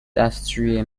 دستشویی